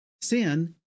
sin